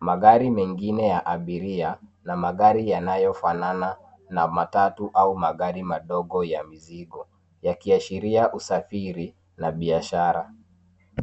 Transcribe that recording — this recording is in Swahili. Magari mengine ya abiria na magari yanayofanana na matatu au magari madogo ya mizigo, yakiashiria usafiri na biashara.